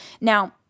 Now